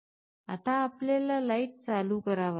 आता आपल्याला लाईट चालू करावा लागेल